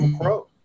Crow